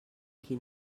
qui